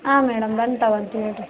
ಹಾಂ ಮೇಡಮ್ ಬಂದು ತಗೋತೀವ್ ರೀ